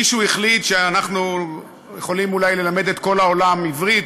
מישהו החליט שאנחנו יכולים אולי ללמד את כל העולם עברית,